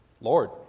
Lord